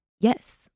yes